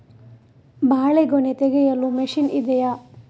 ಬಾಳೆಗೊನೆ ತೆಗೆಯಲು ಮಷೀನ್ ಇದೆಯಾ?